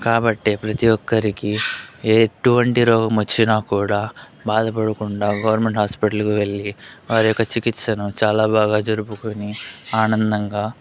కాబట్టే ప్రతి ఒక్కరికి ఎటువంటి రోగం వచ్చినా కూడా బాధపడకుండా గవర్నమెంట్ హాస్పిటల్ కి వెళ్ళి వారి యొక్క చికిత్సను చాలా బాగా జరుపుకొని ఆనందంగా